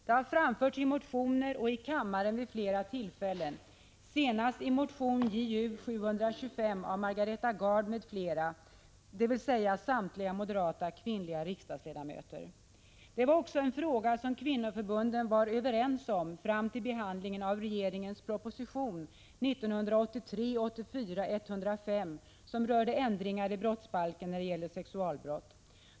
Det har framförts i motioner och i kammaren vid flera tillfällen, senast i motion Ju725 av Margareta Gard m.fl., dvs. i detta fall samtliga moderata kvinnliga ledamöter. Detta var också en fråga som kvinnoförbunden var överens om fram till behandlingen av regeringens proposition 1983/84:105, som rörde ändringar i brottsbalken när det gäller sexualbrott.